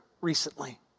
recently